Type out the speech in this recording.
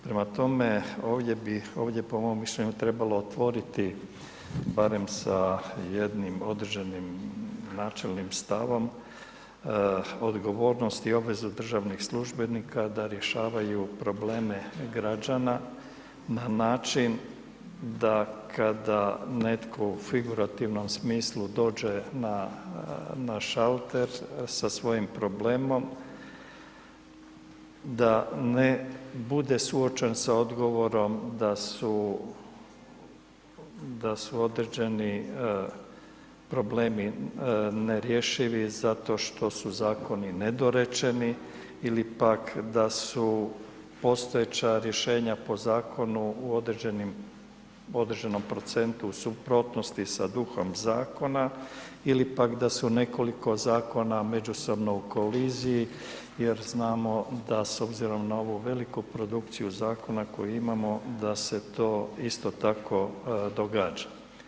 Prema tome ovdje bi, ovdje bi po mom mišljenju trebalo otvoriti barem sa jednim određenim načelnim stavom odgovornost i obavezu državnih službenika da rješavaju probleme građana na način da kada netko u figurativnom smislu dođe na šalter sa svojim problemom, da ne bude suočen sa odgovorom da su određeni problemi nerješivi zato što su Zakoni nedorečeni ili pak da su postojeća rješenja po Zakonu u određenim, u određenom procentu u suprotnosti sa duhom Zakona, ili pak da su nekoliko Zakona međusobno u koliziji jer znamo da s obzirom na ovu veliku produkciju Zakona koju imamo, da se to isto tako događa.